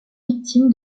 victime